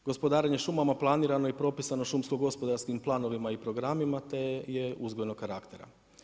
Gospodarenje šumama planirano je i propisano šumsko-gospodarskim planovima i programima te je uzgojnog karaktera.